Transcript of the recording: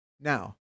Now